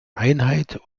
einheit